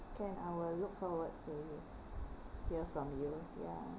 can I will look forward to you hear from you ya